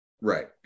right